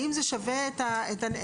האם זה שווה את הנזק?